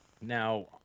Now